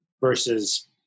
versus